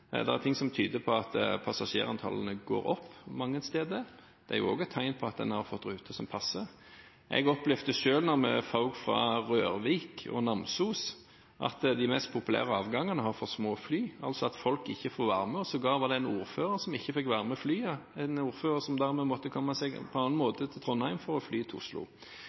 er ting som tyder på at passasjertallene går opp mange steder. Det er også et tegn på at en har fått ruter som passer. Jeg opplevde selv da vi fløy fra Rørvik og Namsos, at de mest populære avgangene har for små fly, altså at folk ikke får være med, og sågar var det en ordfører som ikke fikk være med flyet – en ordfører som derfor måtte komme seg på en annen måte til Trondheim for å fly til Oslo.